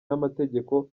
n’amategeko